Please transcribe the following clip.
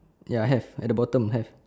ya have at the bottom have